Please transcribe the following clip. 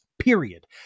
period